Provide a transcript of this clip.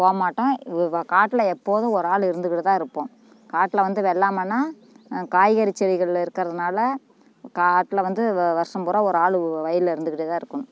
போகமாட்டோம் காட்டில எப்போதும் ஒரு ஆள் இருந்துக்கிட்டுதான் இருப்போம் காட்டில வந்து வெள்ளாமைனா காய்கறி செடிகள்ல இருக்கிறதனால காட்டில வந்து வ வருஷம் பூராக ஒரு ஆள் வயல்ல இருந்துக்கிட்டே தான் இருக்கணும்